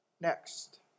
next